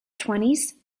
twenties